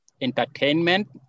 entertainment